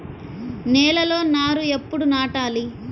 నేలలో నారు ఎప్పుడు నాటాలి?